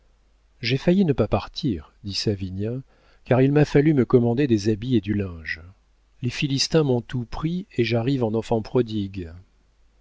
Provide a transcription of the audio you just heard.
j'ai failli ne pas partir dit savinien car il m'a fallu me commander des habits et du linge les philistins m'ont tout pris et j'arrive en enfant prodigue